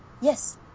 yes